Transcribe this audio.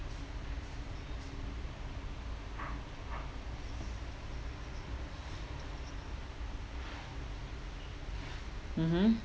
mmhmm